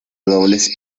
robles